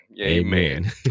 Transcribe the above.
Amen